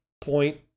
point